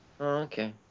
okay